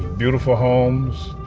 beautiful homes,